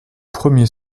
premier